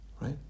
right